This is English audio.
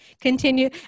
continue